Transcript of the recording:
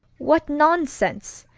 what nonsense!